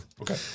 Okay